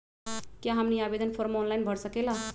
क्या हमनी आवेदन फॉर्म ऑनलाइन भर सकेला?